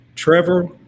Trevor